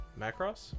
Macross